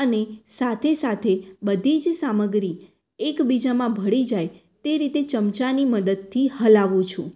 અને સાથે સાથે બધી જ સામગ્રી એકબીજામાં ભળી જાય તે રીતે ચમચાની મદદથી હલાવું છું